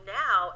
now